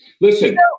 Listen